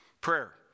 Prayer